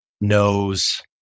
knows